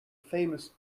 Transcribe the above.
famous